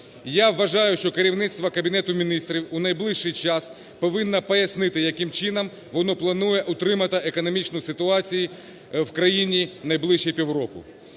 Я вважаю, що керівництво Кабінету Міністрів у найближчий час повинно пояснити, яким чином воно планує утримати економічну ситуацію в країні в найближчі півроку.